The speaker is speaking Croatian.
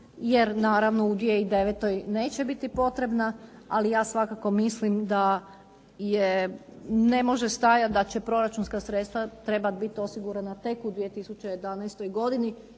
jer naravno u 2009. neće biti potrebna ali ja svakako mislim da ne može stajati, da će proračunska sredstva trebat bit osigurana tek u 2011. godini